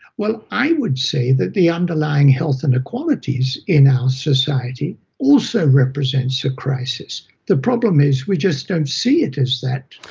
well, i would say that the underlying health inequalities in our society also represents a crisis. the problem is we just don't see it as that.